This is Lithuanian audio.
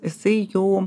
jisai jau